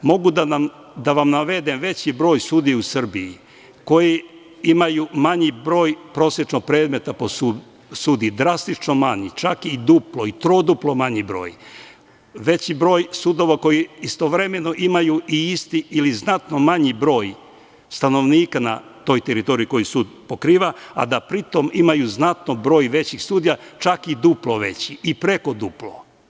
Mogu da vam navedem veći broj sudija u Srbiji koji imaju manji broj prosečno predmeta po sudiji, drastično manji, čak i duplo i trostruko manji broj, veći broj sudova koji istovremeno imaju i isti ili znatno manji broj stanovnika na toj teritoriji koji sud pokriva, a da pri tom imaju znatno veći broj sudija, čak i duplo veći i više od duplo.